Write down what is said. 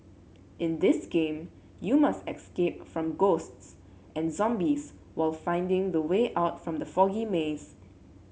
in this game you must escape from ghosts and zombies while finding the way out from the foggy maze